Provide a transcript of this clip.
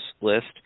list